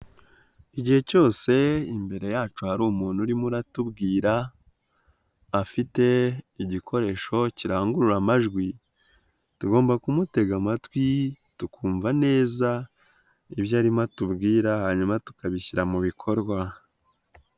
Igihe cyose imbere yacu hari umuntu urimo uratubwira afite igikoresho kirangurura amajwi, tugomba kumutega amatwi tukumva neza ibyo arimo atubwira hanyuma tukabishyira mu bikorwa.